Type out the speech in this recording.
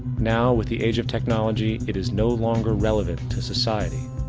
now, with the age of technology, it is no longer relevant to society.